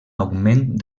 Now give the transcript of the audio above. augment